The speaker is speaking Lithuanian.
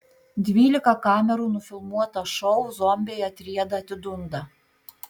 dvylika kamerų nufilmuotą šou zombiai atrieda atidunda